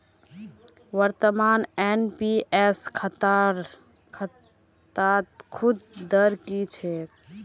वर्तमानत एन.पी.एस खातात सूद दर की छेक